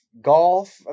Golf